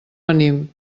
venim